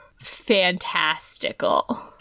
fantastical